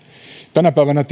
tänä päivänä